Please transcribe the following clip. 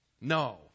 No